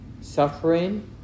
suffering